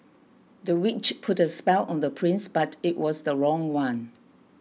the witch put a spell on the prince but it was the wrong one